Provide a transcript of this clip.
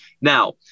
Now